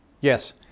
Yes